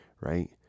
right